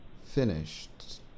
finished